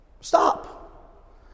stop